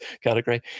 category